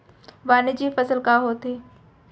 वाणिज्यिक फसल का होथे?